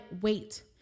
wait